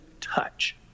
touch